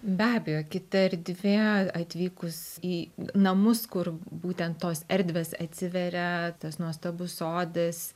be abejo kita erdvė atvykus į namus kur būtent tos erdvės atsiveria tas nuostabus sodas